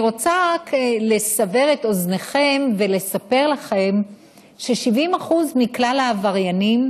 אני רוצה רק לסבר את אוזניכם ולספר לכם ש-70% מכלל העבריינים